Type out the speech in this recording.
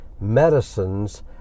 medicines